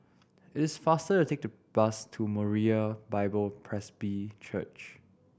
it is faster to take to bus to Moriah Bible Presby Church